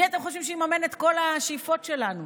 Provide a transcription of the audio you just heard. מי אתם חושבים שיממן את כל השאיפות שלנו?